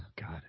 God